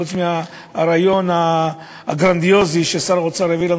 חוץ מהרעיון הגרנדיוזי ששר האוצר הביא לנו